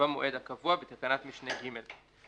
במועד הקבוע בתקנת משנה (ג).